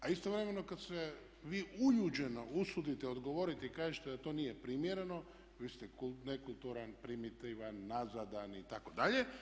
A istovremeno kada se vi uljuđeno usudite odgovoriti i kažete da to nije primjereno vi ste nekulturan, primitivan, nazadan itd.